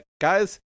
guys